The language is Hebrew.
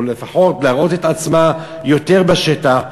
להראות את עצמה יותר בשטח,